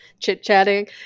chit-chatting